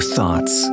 Thoughts